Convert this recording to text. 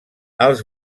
els